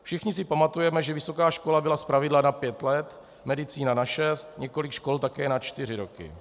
Všichni si pamatujeme, že vysoká škola byla zpravidla na pět let, medicína na šest, několik škol také na čtyři roky.